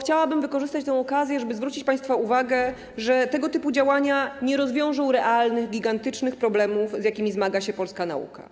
chciałabym wykorzystać tę okazję, żeby zwrócić państwa uwagę na to, że tego typu działania nie rozwiążą realnych, gigantycznych problemów, z jakim zmaga się polska nauka.